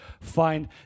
find